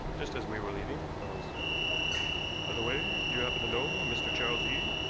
just as we were leaving, quarles said by the way, do you happen to know a mr. charles eade?